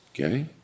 Okay